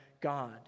God